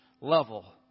level